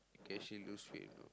you can actually lose weight you know